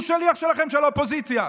הוא שליח שלכם, של האופוזיציה.